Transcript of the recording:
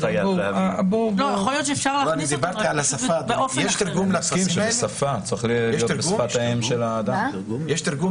יש לטפסים האלה תרגום